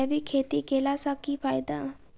जैविक खेती केला सऽ की फायदा?